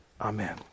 Amen